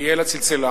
אראלה צלצלה